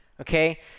okay